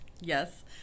Yes